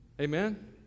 Amen